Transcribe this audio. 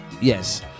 Yes